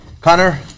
Connor